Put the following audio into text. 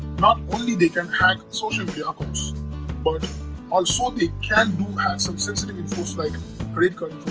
not only they can hack social media accounts but also they can do hack some sensitive info's like creditcard